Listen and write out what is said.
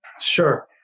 Sure